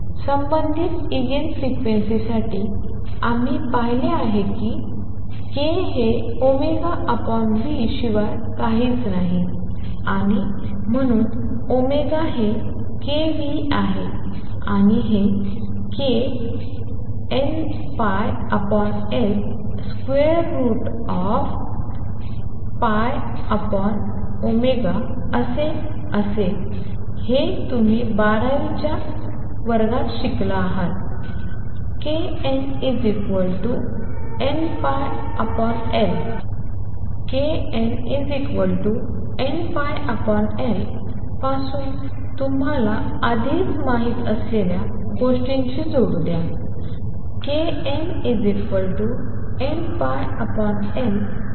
संबंधित eigen frequency साठी आम्ही पाहिले आहे की k हे v शिवाय काहीच नाही आणि म्हणूनω हे kv आहे आणि हे k nπLT असेल मला हे तुमच्या बारावीच्या knnπL पासून तुम्हाला आधीच माहित असलेल्या गोष्टींशी जोडू द्या